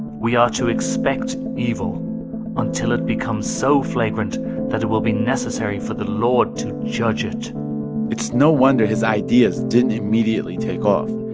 we ought to expect evil until it comes so flagrant that it will be necessary for the lord to judge it it's no wonder his ideas didn't immediately take off,